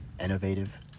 innovative